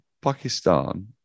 Pakistan